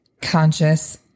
conscious